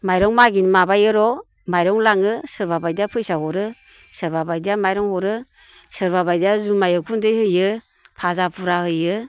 माइरं मागिनो माबायोर' माइरं लाङो सोरबा बायदिया फैसा हरो सोरबा बायदिया माइरं हरो सोरबा बायदिया जुमाइ उखुन्दै होयो भाजा फुरा होयो